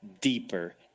deeper